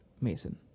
Mason